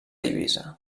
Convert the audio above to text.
eivissa